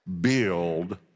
Build